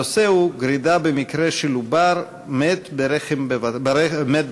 הנושא הוא: גרידה במקרה של עובר מת ברחם בבתי-חולים.